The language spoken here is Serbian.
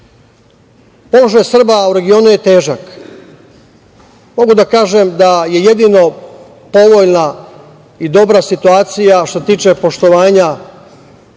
Srba u regionu je težak. Mogu da kažem da je jedino povoljna i dobra situacija što se tiče poštovanja